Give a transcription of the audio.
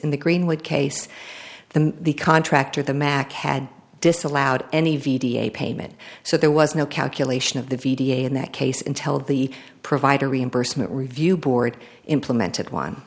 in the greenwood case the the contractor the mac had disallowed any payment so there was no calculation of the v d in that case intel the provider reimbursement review board implemented one